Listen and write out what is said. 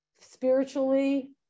spiritually